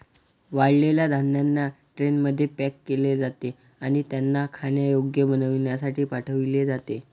वाळलेल्या धान्यांना ट्रेनमध्ये पॅक केले जाते आणि त्यांना खाण्यायोग्य बनविण्यासाठी पाठविले जाते